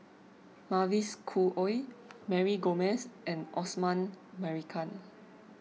Mavis Khoo Oei Mary Gomes and Osman Merican